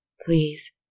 Please